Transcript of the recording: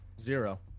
Zero